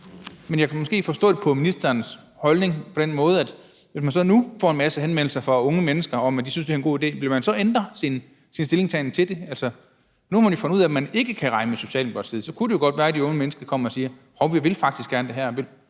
Men skal jeg måske forstå ministerens holdning på den måde, at hvis man så nu får en masse henvendelser fra unge mennesker om, at de synes, at det her er en god idé, så vil man ændre sin stillingtagen til det? Nu har man jo fundet ud af, at man ikke kan regne med Socialdemokratiet. Så kunne det jo godt være, at de unge mennesker kom og sagde: Hov, vi vil faktisk gerne det her.